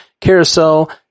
Carousel